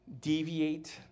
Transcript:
deviate